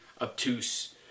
obtuse